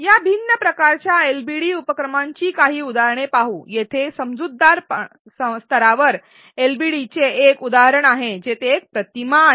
या भिन्न प्रकारच्या एलबीडी उपक्रमांची काही उदाहरणे पाहू येथे समजूतदार स्तरावर एलबीडीचे एक उदाहरण आहे जेथे एक प्रतिमा आहे